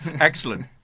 Excellent